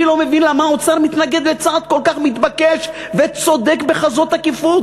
אני לא מבין למה האוצר מתנגד לצעד כל כך מתבקש וצודק בכזו תקיפות.